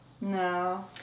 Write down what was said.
No